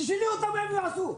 תשאלי אותם מה הם יעשו.